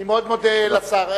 אני מודה מאוד לשר.